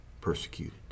persecuted